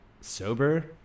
sober